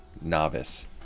novice